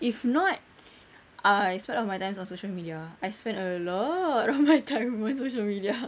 if not I spend my time on social media I spend a lot of my time on social media